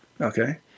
Okay